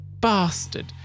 bastard